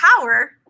power